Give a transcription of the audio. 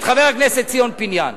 את חבר הכנסת ציון פיניאן.